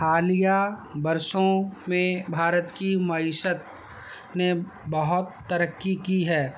حالیہ برسوں میں بھارت کی معیشت نے بہت ترقی کی ہے